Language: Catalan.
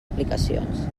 aplicacions